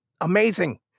amazing